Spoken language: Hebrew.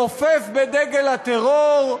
נופף בדגל הטרור,